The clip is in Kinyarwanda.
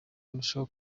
arushaho